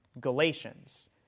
Galatians